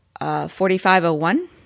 4501